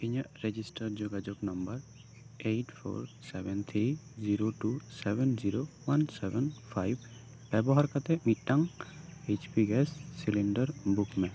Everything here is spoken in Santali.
ᱤᱧᱟᱹᱜ ᱨᱮᱡᱤᱥᱴᱟᱨ ᱡᱳᱜᱟᱡᱳᱜᱽ number eight four seven three zero two seven zero one seven five ᱵᱮᱵᱚᱦᱟᱨ ᱠᱟᱛᱮᱫ ᱢᱤᱫᱴᱟᱝ H P gas cylinder book ᱢᱮ